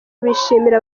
bashimira